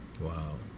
Wow